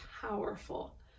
powerful